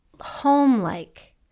home-like